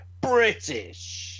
British